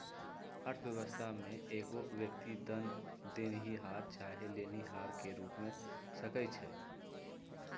अर्थव्यवस्था में एगो व्यक्ति धन देनिहार चाहे लेनिहार के रूप में हो सकइ छइ